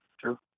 true